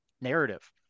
narrative